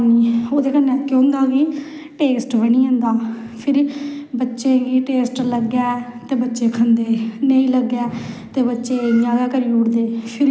किट्ठा होईया फिरी अर्घ देईयै फिरी अस पूज़ा बी करने होन्ने फिरी रोट्टी खन्ने सारा टब्बर बैठियै कट्ठे